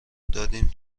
دادیم